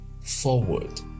forward